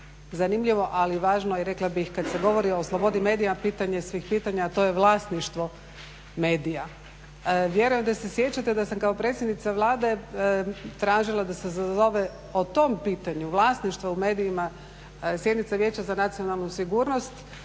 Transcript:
zanimljivo ali važno i rekla bih kad se govori o slobodi medija pitanje svih pitanja, a to je vlasništvo medija. Vjerujem da se sjećate da sam kao predsjednica Vlade tražila da se sazove o tom pitanju vlasništva u medijima sjednica Vijeća za nacionalnu sigurnost.